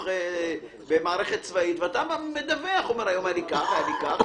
בחוק אתה לא יכול להיות קראי כלפיו.